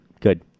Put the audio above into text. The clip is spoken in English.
Good